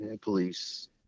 police